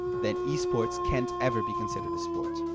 then esports can't ever be considered a sport.